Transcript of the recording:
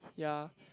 ya